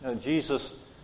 Jesus